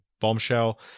Bombshell